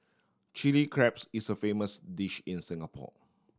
chilli crabs is a famous dish in Singapore